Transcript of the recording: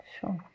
Sure